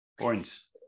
Points